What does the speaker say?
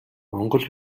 монгол